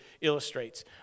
illustrates